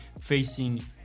facing